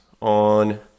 on